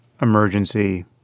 emergency